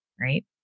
right